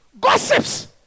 Gossips